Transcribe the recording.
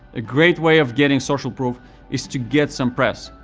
a great way of getting social proof is to get some press.